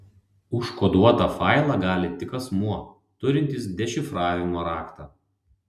užkoduotą failą gali tik asmuo turintis dešifravimo raktą